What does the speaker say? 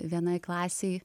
vienai klasei